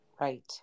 Right